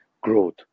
growth